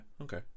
Okay